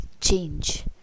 change